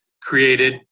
created